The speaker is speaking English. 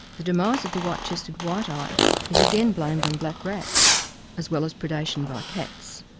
the demise of the white-chested white-eye is again blamed on black rats as well as predation by cats.